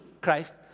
Christ